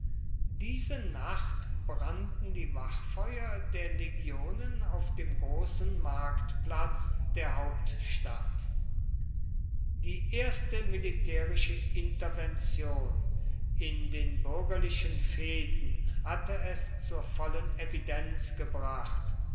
diese nacht brannten die wachfeuer der legionen auf dem großen marktplatz der hauptstadt die erste militärische intervention in den bürgerlichen fehden hatte es zur vollen evidenz gebracht